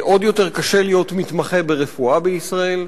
עוד יותר קשה להיות מתמחה ברפואה בישראל.